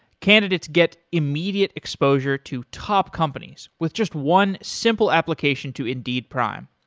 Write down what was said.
candidates get immediate exposure to top companies with just one simple application to indeed prime.